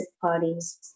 parties